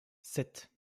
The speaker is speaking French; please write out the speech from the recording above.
sept